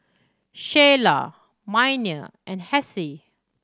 Sheilah Miner and Hassie